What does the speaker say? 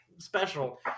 special